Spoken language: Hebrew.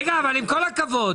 רגע, עם כל הכבוד,